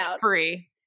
free